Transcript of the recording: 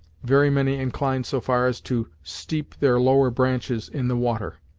very many inclined so far as to steep their lower branches in the water.